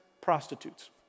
prostitutes